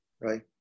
right